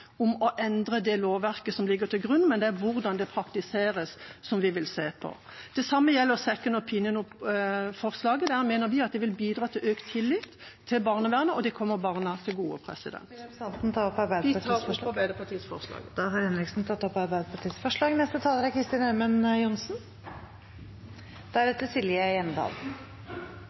om å endre det lovverket som ligger til grunn, det er hvordan det praktiseres, vi vil se på. Det samme gjelder second opinion-forslaget. Vi mener at det vil bidra til økt tillit til barnevernet, og det kommer barna til gode. Jeg tar opp Arbeiderpartiets forslag